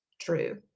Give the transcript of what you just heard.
true